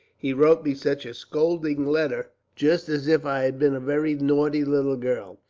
he wrote me such a scolding letter, just as if i had been a very naughty little girl.